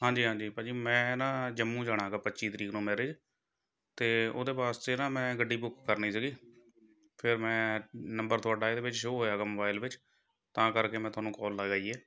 ਹਾਂਜੀ ਹਾਂਜੀ ਭਾਅ ਜੀ ਮੈਂ ਨਾ ਜੰਮੂ ਜਾਣਾ ਹੈਗਾ ਪੱਚੀ ਤਰੀਕ ਨੂੰ ਮੈਰਿਜ ਅਤੇ ਉਹਦੇ ਵਾਸਤੇ ਨਾ ਮੈਂ ਗੱਡੀ ਬੁੱਕ ਕਰਨੀ ਸੀਗੀ ਫਿਰ ਮੈਂ ਨੰਬਰ ਤੁਹਾਡਾ ਇਹਦੇ ਵਿੱਚ ਸ਼ੋਅ ਹੋਇਆ ਹੈਗਾ ਮੋਬਾਈਲ ਵਿੱਚ ਤਾਂ ਕਰਕੇ ਮੈਂ ਤੁਹਾਨੂੰ ਕੋਲ ਲਗਾਈ ਹੈ